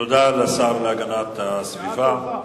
תודה לשר להגנת הסביבה.